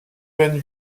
veine